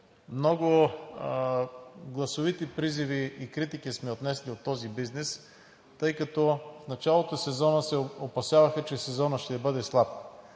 много гласовити призиви и критики от този бизнес, тъй като в началото се опасяваха, че сезонът ще бъде слаб.